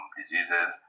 diseases